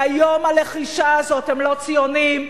והיום הלחישה הזאת: הם לא ציונים,